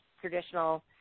traditional